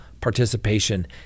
participation